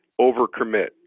overcommit